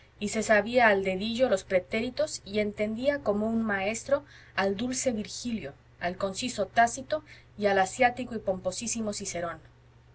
y se sabía al dedillo los pretéritos y entendía como un maestro al dulce virgilio al conciso tácito y al asiático y pomposísimo cicerón